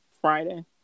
Friday